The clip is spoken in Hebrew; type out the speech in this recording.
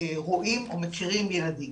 רואים או מכירים ילדים.